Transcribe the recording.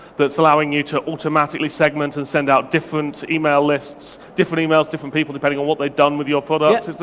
that's allowing you to automatically segment and send out different email lists, different emails, different people, depending on what they've done with your product, is it,